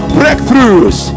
breakthroughs